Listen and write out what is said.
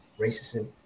racism